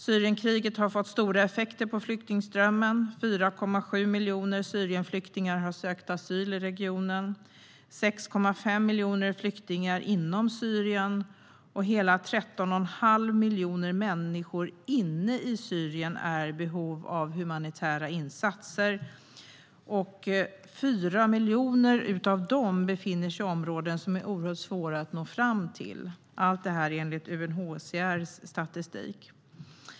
Syrienkriget har fått stora effekter på flyktingströmmen: 4,7 miljoner Syrienflyktingar har sökt asyl i regionen. 6,5 miljoner är flyktingar inom Syrien, och hela 13 1⁄2 miljon inne i Syrien är i behov av humanitära insatser. 4 miljoner av dem befinner sig i områden som är oerhört svåra att nå fram till. Allt detta är enligt UNHCR:s statistik.